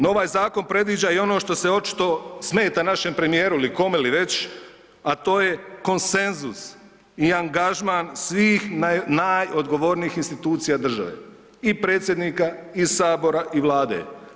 No, ovaj zakon predviđa i ono što se očito smeta našem premijeru ili kome li već, a to je konsenzus i angažman svih najodgovornijih institucija države i predsjednika i sabora i Vlade.